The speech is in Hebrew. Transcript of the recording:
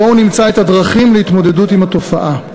בואו נמצא את הדרכים להתמודדות עם התופעה.